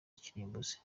kirimbuzi